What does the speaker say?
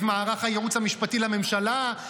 את מערך הייעוץ המשפטי לממשלה,